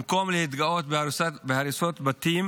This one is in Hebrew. במקום להתגאות בהריסת בתים,